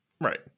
Right